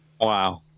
Wow